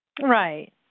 Right